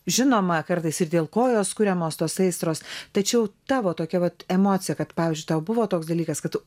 žinoma kartais ir dėl kojos kuriamos tos aistros tačiau tavo tokia vat emocija kad pavyzdžiui tau buvo toks dalykas kad tu